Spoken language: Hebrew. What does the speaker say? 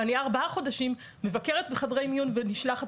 ואני ארבעה חודשים מבקרת בחדרי מיון ונשלחת